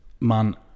Man